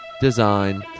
design